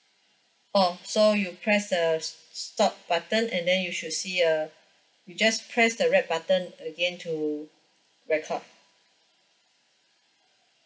oh so you press the s~ stop button and then you should see a you just press the red button again to record